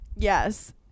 Yes